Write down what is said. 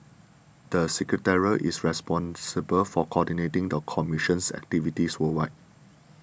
the secretariat is responsible for coordinating the commission's activities worldwide